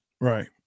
right